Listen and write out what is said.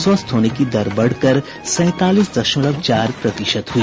स्वस्थ होने की दर बढ़कर सैंतालीस दशमलव चार प्रतिशत हुई